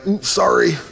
sorry